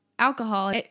alcohol